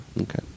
Okay